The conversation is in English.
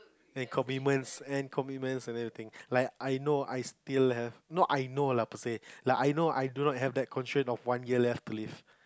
and commitments and commitments and everything like I know I still have not I know lah per say like I know I do not have the constraint of one year left to live